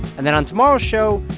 and then on tomorrow's show,